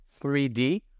3D